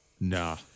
Nah